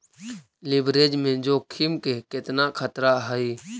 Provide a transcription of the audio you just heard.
Leverage में जोखिम के केतना खतरा हइ?